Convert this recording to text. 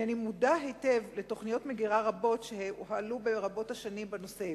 הנני מודע היטב לתוכניות מגירה רבות שהועלו ברבות השנים בנושא.